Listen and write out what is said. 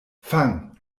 fang